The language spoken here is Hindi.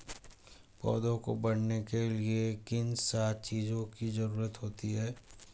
पौधों को बढ़ने के लिए किन सात चीजों की जरूरत होती है?